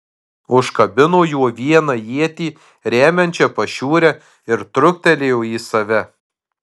užkabino juo vieną ietį remiančią pašiūrę ir truktelėjo į save